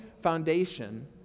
foundation